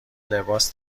لباس